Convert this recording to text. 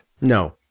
No